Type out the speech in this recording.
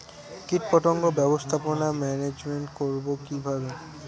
কীটপতঙ্গ ব্যবস্থাপনা ম্যানেজমেন্ট করব কিভাবে?